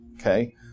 Okay